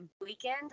weekend